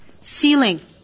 ceiling